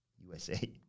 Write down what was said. USA